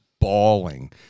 bawling